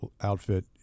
outfit